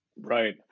Right